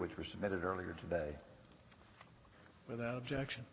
which were submitted earlier today without objection